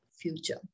future